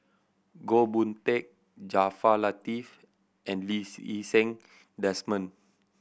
Goh Boon Teck Jaafar Latiff and Lee Seng Desmond